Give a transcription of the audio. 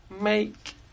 Make